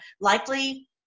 likely